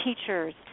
teachers